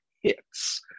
hits